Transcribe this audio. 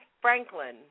Franklin